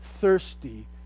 thirsty